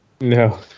no